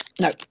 no